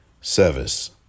service